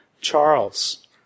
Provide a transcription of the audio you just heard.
Charles